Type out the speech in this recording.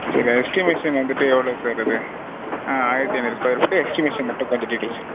சரி எஸ்டிமேஷன் வந்துவிட்டு எவ்வளோ சார் அது ஆ ஆயிரத்து ஐநூறு ஸ்கொயர் ஃபீட்டு எஸ்டிமேஷன் மட்டும் கொஞ்சம் டீட்டெயில்ஸ்சு